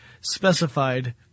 specified